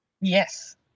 Yes